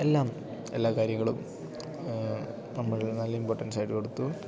എല്ലാം എല്ലാ കാര്യങ്ങളും നമ്മൾ നല്ല ഇമ്പോട്ടൻസായിട്ട് കൊടുത്തു